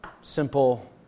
simple